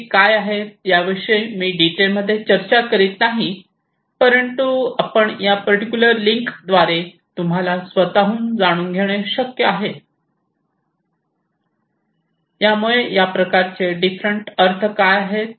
आणि ते काय आहेत याविषयी मी डिटेल मध्ये चर्चा करीत नाही परंतु आपण या पर्टिक्युलर लिंक द्वारे तुम्हाला स्वतःहून जाणून घेणे शक्य आहे यामुळे या प्रत्येकाचे डिफरंट अर्थ काय आहे